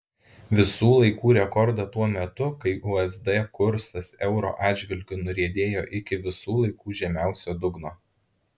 visų laikų rekordą tuo metu kai usd kursas euro atžvilgiu nuriedėjo iki visų laikų žemiausio dugno